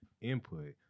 input